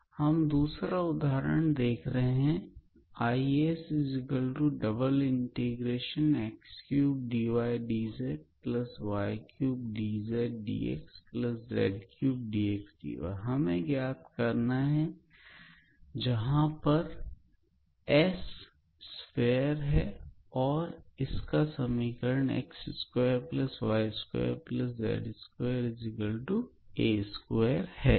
अब हम एक दूसरा उदाहरण देख रहे हैं 𝐼S∬x3𝑑𝑦𝑑𝑧y3𝑑𝑧𝑑𝑥z3𝑑𝑥𝑑𝑦 हमें ज्ञात करना है जहां पर S Sphere है और इसका समीकरण है